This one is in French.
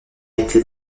été